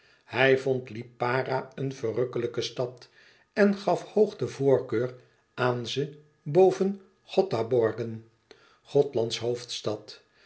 ij vond lipara een verrukkelijke stad en gaf hoog den voorkeur aan ze boven gothaborgen gothlands hoofdstad